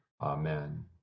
Amen